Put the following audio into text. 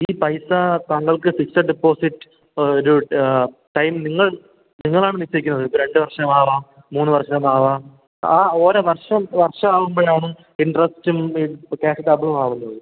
ഈ പൈസ താങ്കൾക്ക് ഫിക്സഡ് ഡെപ്പോസിറ്റ് ഒരു ടൈം നിങ്ങൾ നിങ്ങളാണ് നിശ്ചയിക്കുന്നത് ഇപ്പം രണ്ട് വർഷം ആവാം മൂന്ന് വർഷം ആവാം ആ ഓരോ വർഷം വർഷം ആവുമ്പോഴാണ് ഇൻട്രസ്റ്റും ക്യാഷ് ഡബിളും ആവുന്നത്